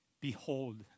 Behold